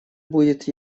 будет